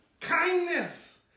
kindness